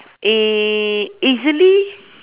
eh easily